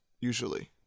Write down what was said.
Usually